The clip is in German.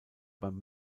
beim